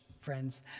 friends